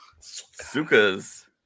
sukas